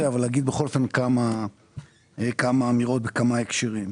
אבל בכל אופן אומר כמה אמירות בכמה הקשרים.